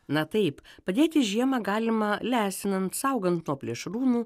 na taip padėti žiemą galima lesinant saugant nuo plėšrūnų